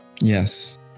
yes